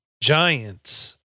giants